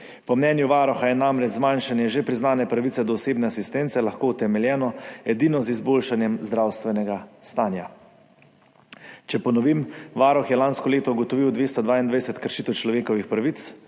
Po mnenju Varuha je namreč zmanjšanje že priznane pravice do osebne asistence lahko utemeljeno edino z izboljšanjem zdravstvenega stanja. Če ponovim. Varuh je lansko leto ugotovil 222 kršitev človekovih pravic,